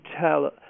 tell